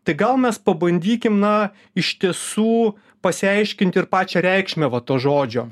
tai gal mes pabandykim na iš tiesų pasiaiškinti ir pačią reikšmę va to žodžio